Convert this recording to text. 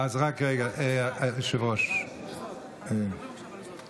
(קורא בשם חבר הכנסת)